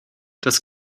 das